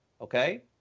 Okay